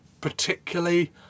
particularly